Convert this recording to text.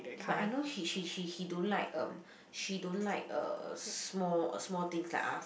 but I know he he he he don't like um she don't like uh small small things like us